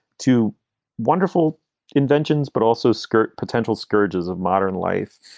two wonderful inventions, but also skirt potential scourges of modern life